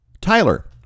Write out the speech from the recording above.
Tyler